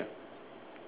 ya a banner